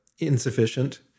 insufficient